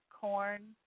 corn